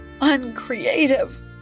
uncreative